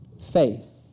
faith